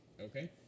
Okay